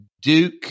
Duke